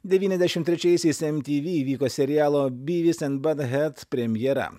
devyniasdešimt trečiaisiais em ty vy įvyko serialo byvis en buthed premjera